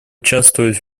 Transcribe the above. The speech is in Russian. участвовать